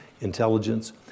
intelligence